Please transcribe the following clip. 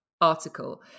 article